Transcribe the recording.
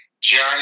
journey